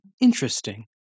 interesting